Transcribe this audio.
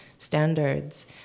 standards